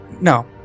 No